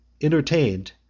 entertained